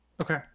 Okay